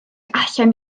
allan